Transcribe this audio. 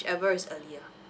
ever is earlier